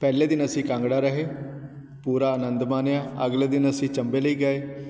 ਪਹਿਲੇ ਦਿਨ ਅਸੀਂ ਕਾਂਗੜਾ ਰਹੇ ਪੂਰਾ ਆਨੰਦ ਮਾਨਿਆ ਅਗਲੇ ਦਿਨ ਅਸੀਂ ਚੰਬੇ ਲਈ ਗਏ